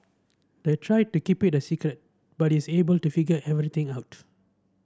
they tried to keep it a secret but it's able to figure everything out